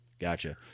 Gotcha